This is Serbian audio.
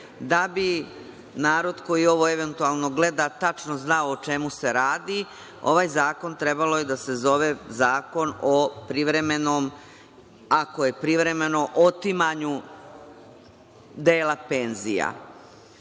Da bi narod koji ovo eventualno gleda tačno znao o čemu se radi, ovaj zakon trebalo je da se zove zakon o privremenom, ako je privremeno, otimanju dela penzija.